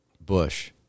Bush